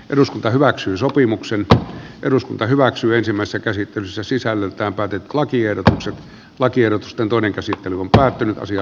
eduskunta hyväksyi sopimuksen eduskunta hyväksyy ensimmäistä käsittelyssä sisällöltään päätä concierto se lakiehdotusten toinen käsittely on päättynyt jo